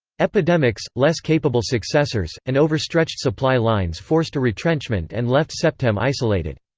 epidemics, less capable successors, and overstretched supply lines forced a retrenchment and left septem isolated.